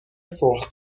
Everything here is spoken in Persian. سرخ